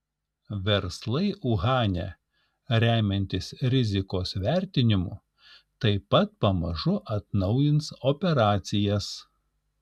verslai uhane remiantis rizikos vertinimu taip pat pamažu atnaujins operacijas